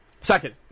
Second